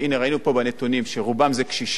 כמו שאמר חבר הכנסת וקנין.